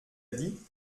dit